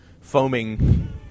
foaming